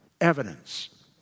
Evidence